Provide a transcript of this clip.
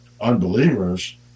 unbelievers